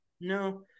no